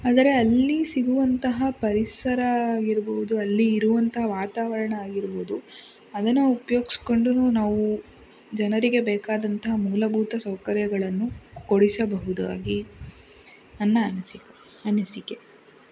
ಆದರೆ ಅಲ್ಲಿ ಸಿಗುವಂತಹ ಪರಿಸರ ಆಗಿರ್ಬೋದು ಅಲ್ಲಿ ಇರುವಂಥ ವಾತಾವರಣ ಆಗಿರ್ಬೋದು ಅದನ್ನು ಉಪ್ಯೋಗಿಸಿಕೊಂಡುನು ನಾವು ಜನರಿಗೆ ಬೇಕಾದಂತಹ ಮೂಲಭೂತ ಸೌಕರ್ಯಗಳನ್ನು ಕೊಡಿಸಬಹುದಾಗಿ ನನ್ನ ಅನಿಸಿಕೆ ಅನಿಸಿಕೆ